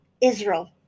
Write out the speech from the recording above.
Israel